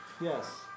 Yes